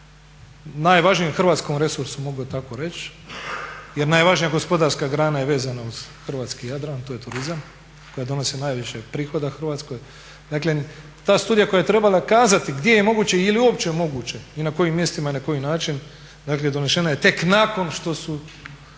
najvažnijem hrvatskom resursu, mogu tako reći jel najvažnija gospodarska grana je vezana uz hrvatski Jadran, to je turizam koji donosi najviše prihoda Hrvatskoj, dakle ta studija koja j trebala kazati gdje je moguće ili jeli uopće moguće i na kojim mjestima i na koji način dakle donešena je tek nakon što su